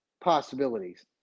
possibilities